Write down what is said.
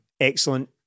excellent